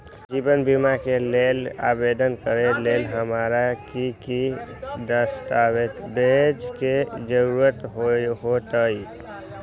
जीवन बीमा के लेल आवेदन करे लेल हमरा की की दस्तावेज के जरूरत होतई?